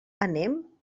anem